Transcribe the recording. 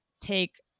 take